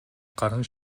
гарна